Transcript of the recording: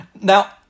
Now